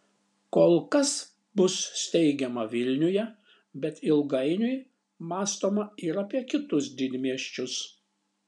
kol kas bus steigiama vilniuje bet ilgainiui mąstoma ir apie kitus didmiesčius